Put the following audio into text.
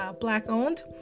Black-Owned